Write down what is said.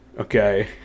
Okay